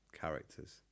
characters